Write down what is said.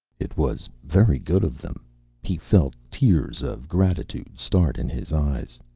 it was very good of them he felt tears of gratitude start in his eyes.